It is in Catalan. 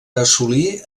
assolí